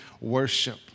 worship